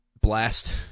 blast